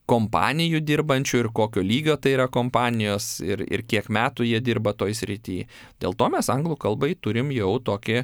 kompanijų dirbančių ir kokio lygio tai yra kompanijos ir ir kiek metų jie dirba toj srity dėl to mes anglų kalbai turim jau tokį